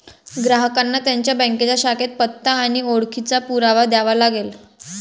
ग्राहकांना त्यांच्या बँकेच्या शाखेत पत्ता आणि ओळखीचा पुरावा द्यावा लागेल